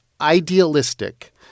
idealistic